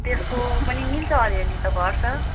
त्यसको पनि मिल्छ अलिअलि त घट्छ